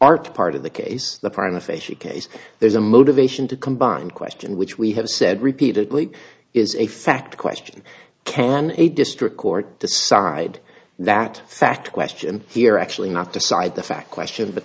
art part of the case the part of a she case there's a motivation to combine question which we have said repeatedly is a fact question can a district court decide that fact question here actually not decide the fact question but